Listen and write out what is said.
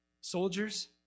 soldiers